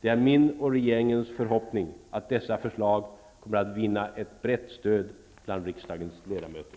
Det är min och regeringens förhoppning att dessa förslag kommer att vinna ett brett stöd bland riksdagens ledamöter.